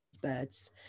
birds